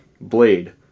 blade